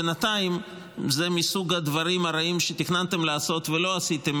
בינתיים זה מסוג הדברים הרעים שתכננתם לעשות ולא עשיתם,